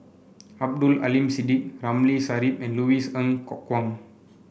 Abdul Aleem Siddique Ramli Sarip and Louis Ng Kok Kwang